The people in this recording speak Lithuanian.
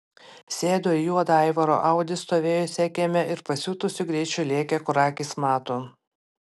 sėdo į juodą aivaro audi stovėjusią kieme ir pasiutusiu greičiu lėkė kur akys mato